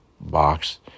box